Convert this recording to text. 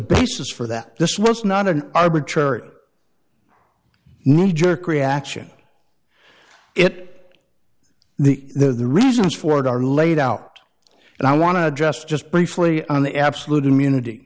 basis for that this was not an arbitrary kneejerk reaction it the the reasons for it are laid out and i want to address just briefly on the absolute immunity